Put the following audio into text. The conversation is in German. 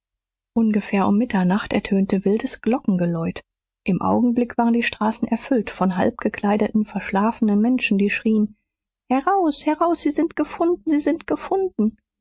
ungefähr um mitternacht ertönte wildes glockengeläut im augenblick waren die straßen erfüllt von halbbekleideten verschlafenen menschen die schrien heraus heraus sie sind gefunden sie sind gefunden